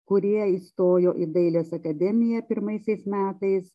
kurie įstojo į dailės akademiją pirmaisiais metais